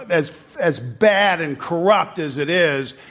as as bad and corrupt as it is,